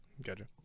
Gotcha